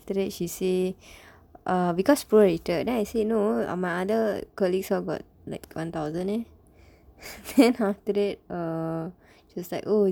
after that she say err because prorated then I say no my other colleagues got like one thousand eh then after that she was like oh